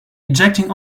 ejecting